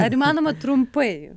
ar įmanoma trumpai